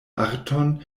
arton